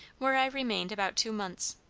where i remained about two months,